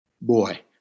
boy